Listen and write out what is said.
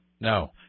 no